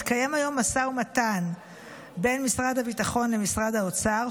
מתקיים היום משא ומתן בין משרד הביטחון למשרד האוצר,